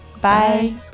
Bye